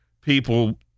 people